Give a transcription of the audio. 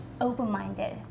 open-minded